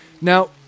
Now